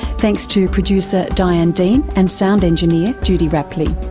thanks to producer diane dean and sound engineer judy rapley.